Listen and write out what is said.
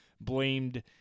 blamed